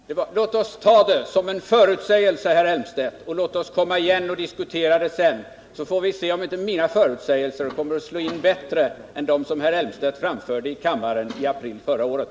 Herr talman! Låt oss ta detta som en förutsägelse, herr Elmstedt, och låt oss komma igen och diskutera detta sedan, så får vi se om inte mina förutsägelser kommer att slå in bättre än dem som herr Elmstedt framförde i kammaren i april förra året.